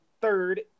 third